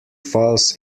falls